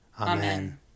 Amen